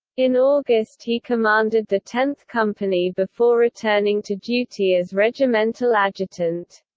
in august he commanded the tenth company before returning to duty as regimental adjutant.